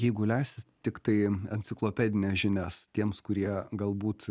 jeigu leisit tiktai enciklopedines žinias tiems kurie galbūt